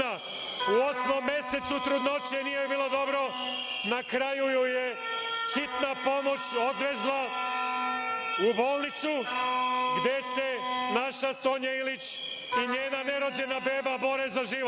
u osmom mesecu trudnoće, nije joj bilo dobro. Na kraju ju je hitna pomoć odvezla u bolnicu gde se naša Sonja Ilić i njena nerođena beba bore za život.